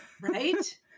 right